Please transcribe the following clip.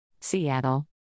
Seattle